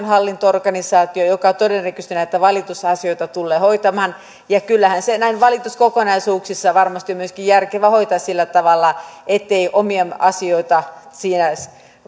hallinto organisaatio joka todennäköisesti näitä valitusasioita tulee hoitamaan kyllähän se näin valituskokonaisuuksissa varmasti myöskin on järkevää hoitaa sillä tavalla ettei omia asioita siinä siinä